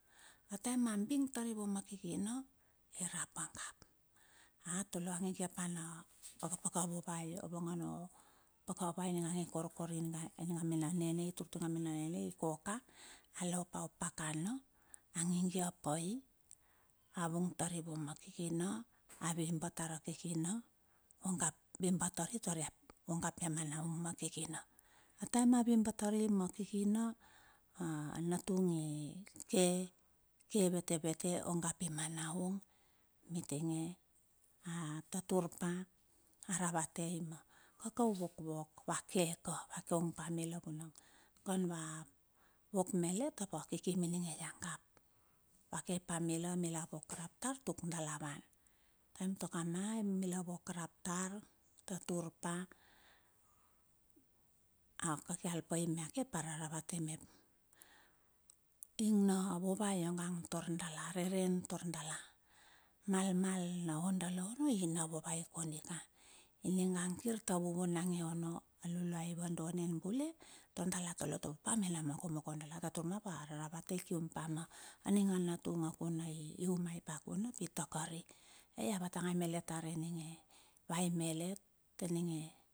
A taem a bing tar i vua ma kikina, i rap a gap. A toloi angigie pa na pakapakana vovai. Mongo no paka vai ningang i korkor ininga nia me na nene i turtur inga ma na nene turtur ninga mena ne okkoka. Alopao pakana a angigia pa i, a vung tari vua ma kikina. Avi bat tar a kikina, o gap abat tari tar o gap ia manaung ma kikina. Taem a vibat tari ma kikina, a natung i ke vete vete ogap i manaung. Mitinge a tatur pa aravatei ma. Kaka u vok vok, vakeka, va keung pa mila vunang kan va vok melet ap a kikim ininge ia gap. Va kepa mila vok raptar tuk dala van. Emto kama aimila vok rap tar tru pa a, kakail pa i mia ke ap araravatei mep, ing na vovai ionga angtor dala reren tor dala malmal na on dala ono, i na vovai kodi ka. I ningang kir ta vuvu nangia ono. A luluai vado nen, bula tar dala tolotopa me na mokomokoe dala. Tatomo a raravatei kium pa ma aninga natung a kuna i umai pa kuna ap itakari. Ai a vatangai malet tar eninge vai malet ininge.